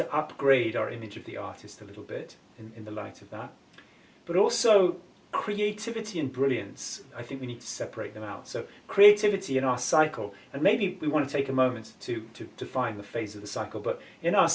to upgrade our image of the artist a little bit in the light of that but also creativity and brilliance i think we need to separate them out so creativity in our cycle and maybe we want to take a moment to to define the phase of the cycle but in our